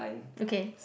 okay